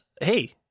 hey